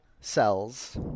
cells